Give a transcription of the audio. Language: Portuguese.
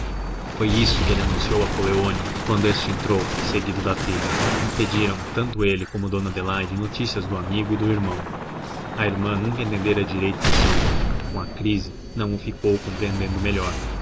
foi isso que ele anunciou a coleoni quando este entrou seguido da filha pediram tanto ele como dona adelaide notícias do amigo e do irmão a irmã nunca entendera direito o irmão com a crise não o ficou compreendendo melhor